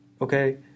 Okay